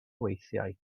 weithiau